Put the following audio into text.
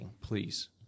please